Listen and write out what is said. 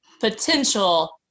potential